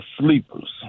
sleepers